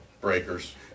Breakers